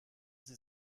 sie